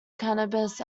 cannabis